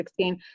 2016